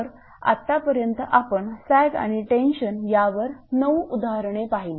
तर आतापर्यंत आपण सॅग आणि टेन्शन यावर 9 उदाहरणे पाहिली